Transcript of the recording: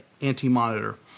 Anti-Monitor